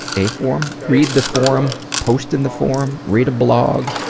a forum? read the forum, post in the forum, read a blog.